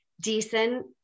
decent